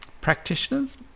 practitioners